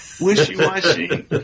Wishy-washy